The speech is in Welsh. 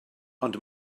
ond